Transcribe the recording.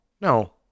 No